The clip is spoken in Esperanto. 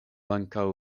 ankaŭ